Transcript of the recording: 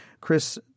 Chris